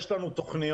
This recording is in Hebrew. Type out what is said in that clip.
יש לנו תוכניות.